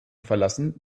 verlassen